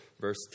verse